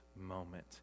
moment